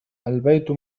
البيت